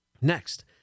Next